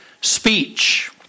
speech